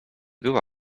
była